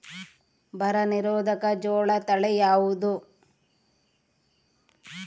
ಬರ ನಿರೋಧಕ ಜೋಳ ತಳಿ ಯಾವುದು?